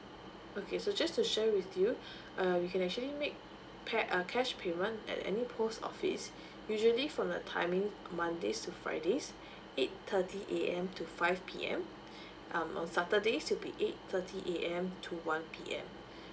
okay so just to share with you uh you can actually make pay uh cash payment at any post office usually from the timings mondays to fridays eight thirty A_M to five P_M um on saturdays it'll be eight thirty A_M to one P_M